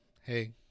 Hey